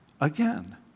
Again